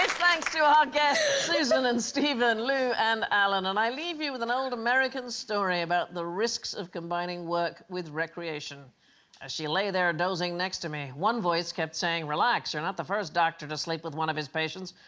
thanks to our guests susan and stephen lou and alan and i leave you with an old american story about the risks of combining work with recreation as she lay there dozing next to me one voice kept saying relax you're not the first doctor to sleep with one of his patients,